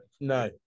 no